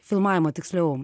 filmavimo tiksliau